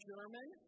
German